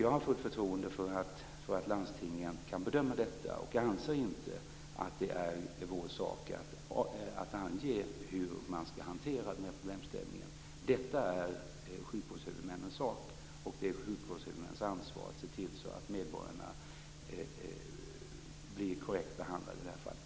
Jag har fullt förtroende för att landstingen kan göra en bedömning, och jag anser inte att det är vår sak att ange hur man skall hantera den här problemställningen. Detta är sjukvårdshuvudmännens sak, och det är sjukvårdshuvudmännens ansvar att se till att medborgarna blir korrekt behandlade i det här fallet.